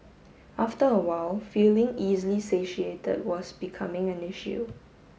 after a while feeling easily satiated was becoming an issue